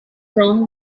wrong